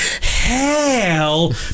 hell